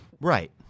right